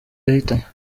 yahitanye